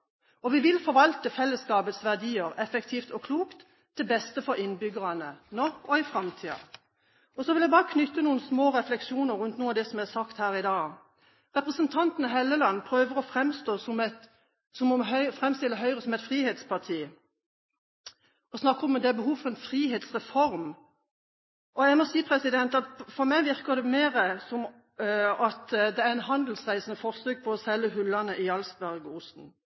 og vi vil forvalte fellesskapets verdier effektivt og klokt, til beste for innbyggerne – nå og i framtida. Så vil jeg bare knytte noen små refleksjoner til det som er sagt her i dag. Representanten Trond Helleland prøver å framstille Høyre som et frihetsparti og snakker om at det er behov for en frihetsreform. Jeg må si at for meg virker det mer som en handelsreisendes forsøk på selge hullene i Jarlsbergosten. Fremskrittspartiets Amundsen snakker om festtaler. Det motsatte av festtaler er